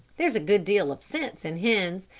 there's a good deal of sense in hens,